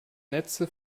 netze